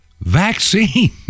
vaccine